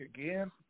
again